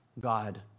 God